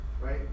right